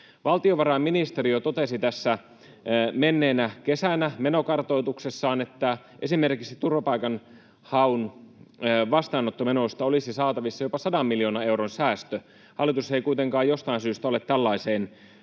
Valtiovarainministeriö totesi menneenä kesänä menokartoituksessaan, että esimerkiksi turvapaikanhaun vastaanottomenoista olisi saatavissa jopa sadan miljoonan euron säästö. Hallitus ei kuitenkaan jostain syystä ole tällaiseen